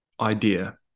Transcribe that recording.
idea